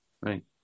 right